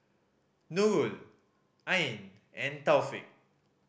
Nurul Ain and Taufik